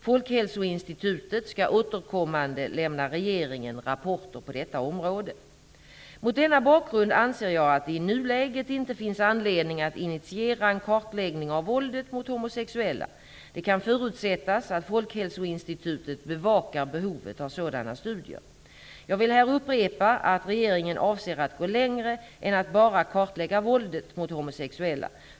Folkhälsoinstitutet skall återkommande lämna regeringen rapporter på detta område. Mot denna bakgrund anser jag att det i nuläget inte finns anledning att initiera en kartläggning av våldet mot homosexuella. Det kan förutsättas att Folkhälsoinstitutet bevakar behovet av sådana studier. Jag vill här upprepa att regeringen avser att gå längre än att bara kartlägga våldet mot homosexuella.